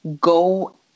go